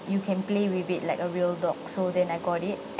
you can play with it like a real dog so then I got it